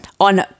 on